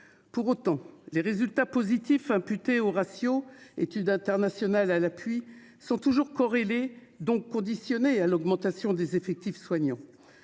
Pour autant, les résultats positifs imputés aux ratios, études internationales à l'appui, sont toujours corrélés, donc subordonnés à l'augmentation des effectifs soignants.